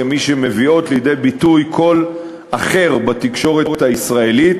כמי שמביאות לידי ביטוי קול אחר בתקשורת הישראלית.